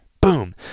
Boom